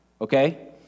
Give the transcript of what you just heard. okay